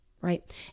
Right